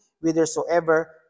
whithersoever